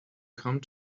come